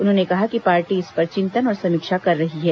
उन्होंने कहा कि पार्टी इस पर चिंतन और समीक्षा कर रही है